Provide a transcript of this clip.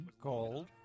called